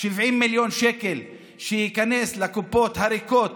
70 מיליון שקל שייכנסו לקופות הריקות